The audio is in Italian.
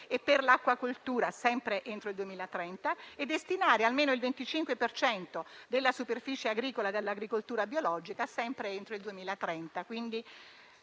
e per l'acquacoltura sempre entro il 2030 e quello di destinare almeno il 25 per cento della superficie agricola all'agricoltura biologica sempre entro il 2030.